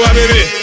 baby